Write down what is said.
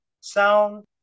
Sound